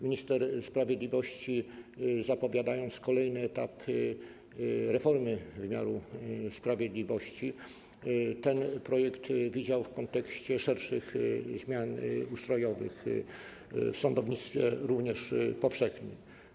Minister sprawiedliwości, zapowiadając kolejny etap reformy wymiaru sprawiedliwości, ten projekt widział w kontekście szerszych zmian ustrojowych również w sądownictwie powszechnym.